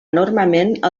enormement